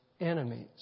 enemies